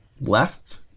left